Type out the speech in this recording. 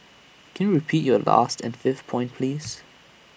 can you repeat your last and fifth point please